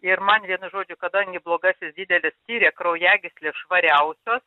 ir man vienu žodžiu kadangi blogasis didelis tyrė kraujagyslės švariausios